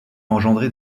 engendré